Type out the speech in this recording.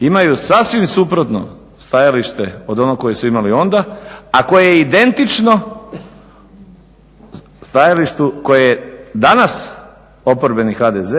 imaju sasvim suprotno stajalište od onog kojeg su imali onda, a koje je identično stajalištu koje danas oporbeni HDZ